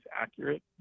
accurate